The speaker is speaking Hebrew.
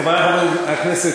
חברי חברי הכנסת,